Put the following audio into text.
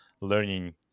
learning